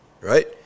right